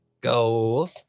go